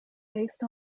based